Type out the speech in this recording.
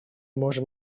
можем